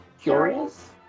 curious